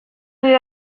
nire